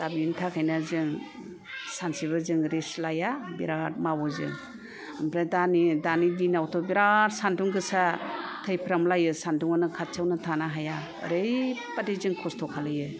दा बिनि थाखायनो जों सानसेबो जों रेस्त लाया बिराद मावो जों ओमफ्राय दानि दिनावथ' बिराद सान्दुं गोसा थैफ्रामलायो सान्दुंआनो खाथियावनो थानो हाया ओरैबादि जों खस्थ' खालायो